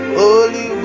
holy